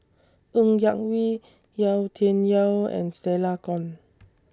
Ng Yak Whee Yau Tian Yau and Stella Kon